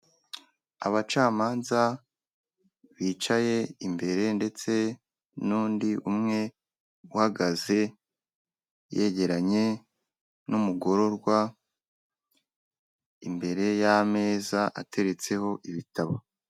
Abacamanza bicaye imbere ndetse n'undi umwe uhagaze yegeranye n'umugororwa imbere y'ameza ateretseho ibitabo.